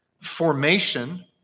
Formation